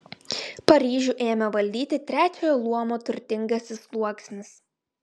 paryžių ėmė valdyti trečiojo luomo turtingasis sluoksnis